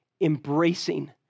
embracing